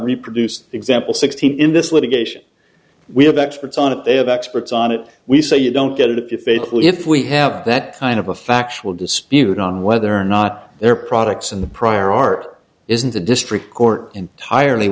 reproduce example sixteen in this litigation we have experts on it they have experts on it we say you don't get it if it will if we have that kind of a factual dispute on whether or not there products in the prior art isn't the district court entirely